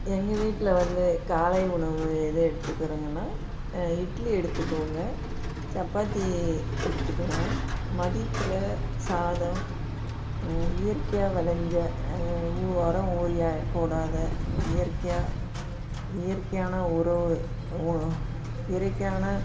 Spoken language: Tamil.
எங்கள் வீட்டில் வந்து காலை உணவு எது எடுத்துக்கிறோங்கன்னா இட்லி எடுத்துக்குவோங்க சப்பாத்தி எடுத்துக்குவேன் மதியத்தில் சாதம் இயற்கையாக விளஞ்ச உரம் யூரியா போடாது இயற்கையாக இயற்கையான உறவு இயற்கையான